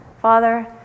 Father